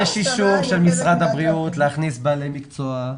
יש אישור של משרד הבריאות להכניס בעלי מקצוע.